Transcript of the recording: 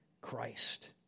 Christ